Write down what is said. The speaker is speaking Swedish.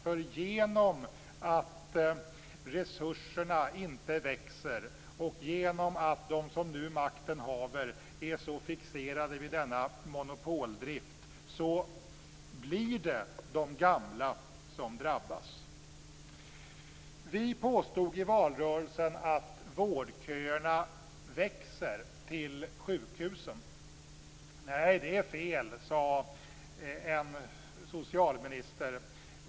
Genom att resurserna inte växer och genom att de som nu makten haver är så fixerade vid denna monopoldrift blir det de gamla som drabbas. Vi påstod i valrörelsen att vårdköerna till sjukhusen växer. Nej, det är fel, sade en socialminister.